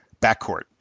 backcourt